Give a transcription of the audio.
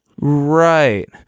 right